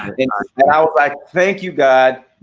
and then i was like, thank you god